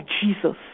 Jesus